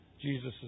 Jesus